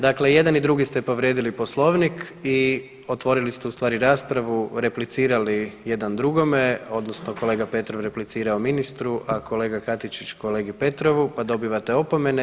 Dakle, jedan i drugi ste povrijedili poslovnik i otvorili ste u stvari raspravu, replicirali jedan drugome odnosno kolega Petrov replicirao ministru, a kolega Katičić kolegi Petrovu, pa dobivate opomene.